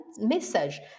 message